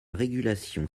régulation